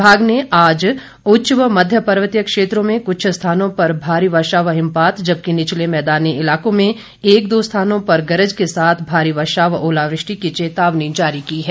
विभाग ने आज उच्च व मध्य पर्वतीय क्षेत्रों में कुछ स्थानों पर भारी वर्षा व हिमपात जबकि निचले मैदानी इलाकों में एक दो स्थानों पर गरज के साथ भारी वर्षा व ओलावृष्टि की चेतावनी जारी की है